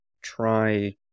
Try